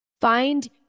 Find